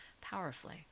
powerfully